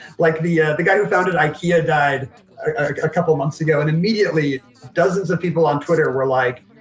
like the yeah the guy who founded ikea died a couple months ago and immediately dozens of people on twitter were like,